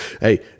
Hey